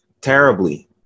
terribly